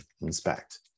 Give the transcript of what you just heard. inspect